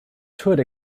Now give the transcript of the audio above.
toured